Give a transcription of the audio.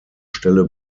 stelle